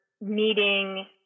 meeting